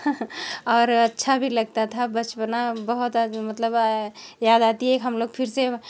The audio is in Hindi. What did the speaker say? और अच्छा भी लगता था बचपना बहुत मतलब याद आती है हम लोग फिर से